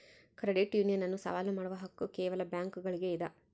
credit union ಅನ್ನು ಸವಾಲು ಮಾಡುವ ಹಕ್ಕು ಕೇವಲ ಬ್ಯಾಂಕುಗುಳ್ಗೆ ಇದ